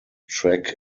track